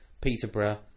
Peterborough